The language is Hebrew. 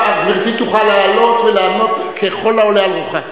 גברתי תוכל לעלות ולענות ככל העולה על רוחה.